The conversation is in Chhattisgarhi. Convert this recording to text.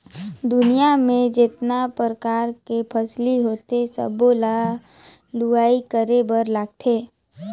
दुनियां में जेतना परकार के फसिल होथे सबो ल लूवाई करे बर लागथे